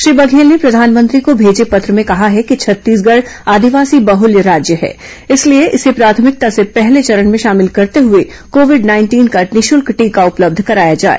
श्री बघेल ने प्रधानमंत्री को भेजे पत्र में कहा है कि छत्तीसगढ़ आदिवासी बाहुल्य राज्य है इसलिए इसे प्राथमिकता से पहले चरण में शामिल करते हुए कोविड नाइंटीन का निःशुल्क टीका उपलब्ध कराया जाए